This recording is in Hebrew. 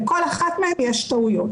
לכל אחת מהן יש טעויות.